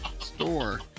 store